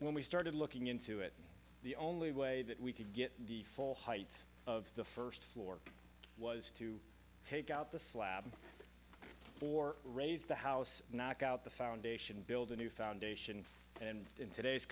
when we started looking into it the only way that we could get the full height of the first floor was to take out the slab four raise the house knock out the foundation build a new foundation and in today's